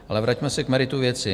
Ale vraťme se k meritu věci.